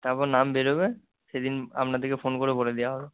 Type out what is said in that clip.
তারপর নাম বেরোবে সেদিন আপনাদেরকে ফোন করে বলে দেওয়া হবে